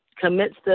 commenced